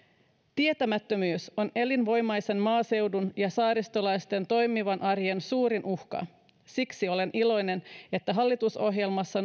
tietämättömyys on elinvoimaisen maaseudun ja saaristolaisten toimivan arjen suurin uhka siksi olen iloinen että hallitusohjelmassa